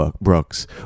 Brooks